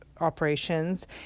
operations